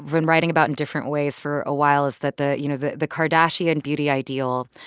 been writing about in different ways for a while is that the you know, the the kardashian and beauty ideal,